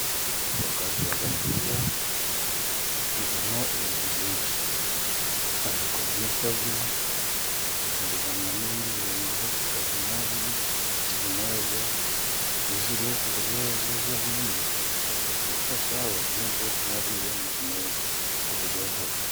Voka ziba nziza zivamo ibintu byinshi :bazikoramo isabune, bazivanga n'ibindi birungo zikavamo mayoneze. Iyo uziriye kubiryo zonyine ziragufasha ukaba umeze nk'uwariye mayonezi, zararyoha.